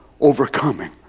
Overcoming